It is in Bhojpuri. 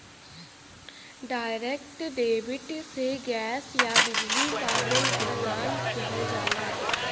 डायरेक्ट डेबिट से गैस या बिजली क बिल भुगतान किहल जाला